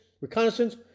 reconnaissance